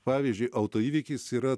pavyzdžiui autoįvykis yra